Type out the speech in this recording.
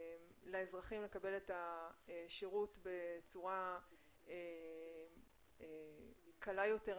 לאזרחים לקבל את השירות בצורה קלה יותר,